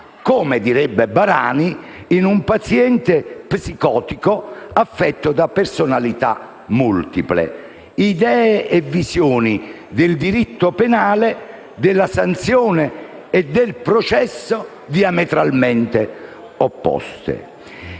collega Barani - in un paziente psicotico affetto da personalità multiple, idee e visioni del diritto penale, della sanzione e del processo diametralmente opposte.